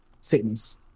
sickness